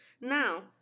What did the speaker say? Now